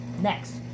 Next